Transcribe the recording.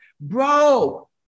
Bro